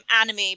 anime